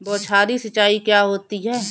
बौछारी सिंचाई क्या होती है?